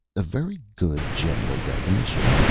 a very good general definition,